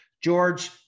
george